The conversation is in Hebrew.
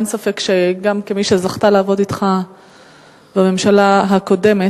אין ספק גם, כמי שזכתה לעבוד אתך בממשלה הקודמת,